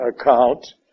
account